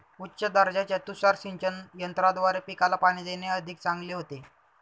उच्च दर्जाच्या तुषार सिंचन यंत्राद्वारे पिकाला पाणी देणे अधिक चांगले होते